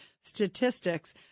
statistics